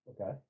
Okay